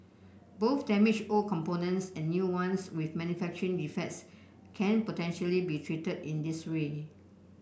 both damaged old components and new ones with manufacturing defects can potentially be treated in this way